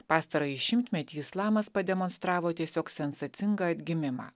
pastarąjį šimtmetį islamas pademonstravo tiesiog sensacingą atgimimą